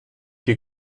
you